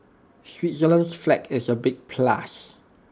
Switzerland's flag is A big plus